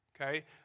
Okay